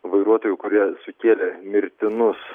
vairuotojų kurie sukėlė mirtinus